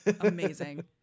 Amazing